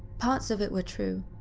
parts of it were true,